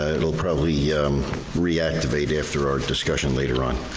ah it'll probably reactivate after our discussion later on.